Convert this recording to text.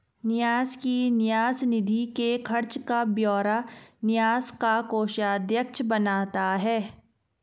न्यास की न्यास निधि के खर्च का ब्यौरा न्यास का कोषाध्यक्ष बनाता है